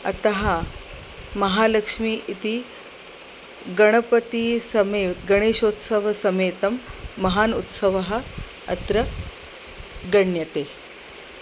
अतः महालक्ष्मीः इति गणपतिः समे गणेशोत्सवसमेतं महान् उत्सवः अत्र गण्यते